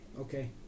okay